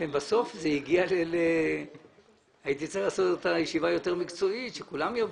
הייתי צריך לעשות ישיבה יותר מקצועית אליה כולם יבואו.